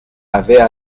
avaient